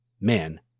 man